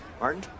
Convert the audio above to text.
Martin